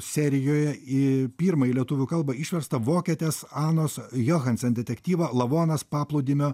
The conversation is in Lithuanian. serijoje į pirmąjį į lietuvių kalbą išverstą vokietės anos johansen detektyvą lavonas paplūdimio